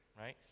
right